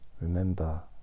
remember